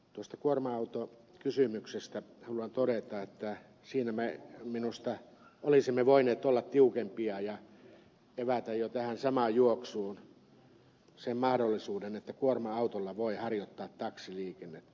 tuosta kuorma autokysymyksestä haluan todeta että siinä me minusta olisimme voineet olla tiukempia ja evätä jo tähän samaan juoksuun sen mahdollisuuden että kuorma autolla voi harjoittaa taksiliikennettä